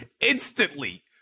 instantly